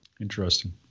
Interesting